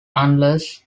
unless